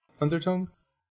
undertones